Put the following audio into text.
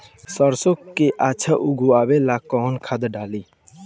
सरसो के अच्छा उगावेला कवन खाद्य डाली?